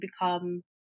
become